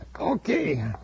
Okay